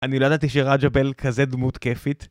אני לא ידעתי שראג'ה בל כזה דמות כיפית